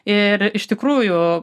ir iš tikrųjų